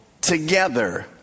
together